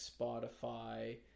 Spotify